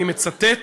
אני מצטט,